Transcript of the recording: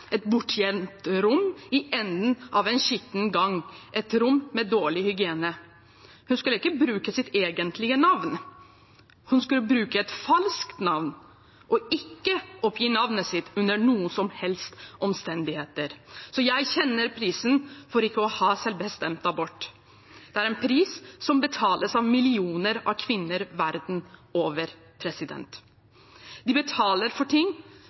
et bortgjemt rom i enden av en skitten gang, et rom med dårlig hygiene. Hun skulle ikke bruke sitt egentlige navn, hun skulle bruke et falskt navn og ikke oppgi navnet sitt under noen som helst omstendigheter. Jeg kjenner prisen for ikke å ha selvbestemt abort. Det er en pris som betales av millioner av kvinner verden over. De betaler for